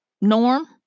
norm